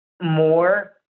More